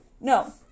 No